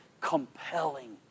compelling